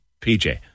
PJ